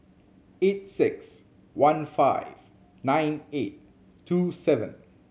eight six one five nine eight two seven